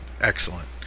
excellent